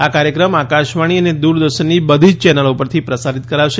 આ કાર્યક્રમ આકાશવાણી અને દૂરદર્શનની બધી જ ચેનલો ઉપરથી પ્રસારિત કરાશે